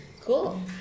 Cool